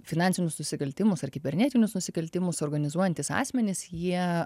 finansinius nusikaltimus ar kibernetinius nusikaltimus organizuojantys asmenys jie